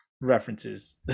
references